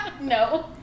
No